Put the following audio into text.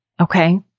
Okay